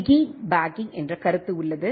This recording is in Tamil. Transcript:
பிக்கிபேக்கிங் என்ற கருத்து உள்ளது